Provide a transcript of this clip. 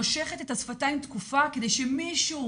היא נושכת את השפתיים תקופה כדי שמישהו,